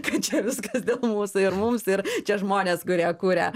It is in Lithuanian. kad čia viskas dėl mūsų ir mums ir čia žmonės kurie kuria